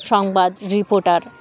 সংবাদ রিপোর্টার